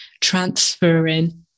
transferring